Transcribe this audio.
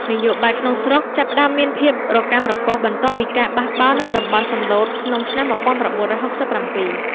នយោបាយក្នុងស្រុកចាប់ផ្តើមមានភាពរកាំរកូសបន្ទាប់ពីការបះបោរនៅតំបន់សំឡូតក្នុងឆ្នាំ ១៩៦៧។